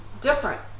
different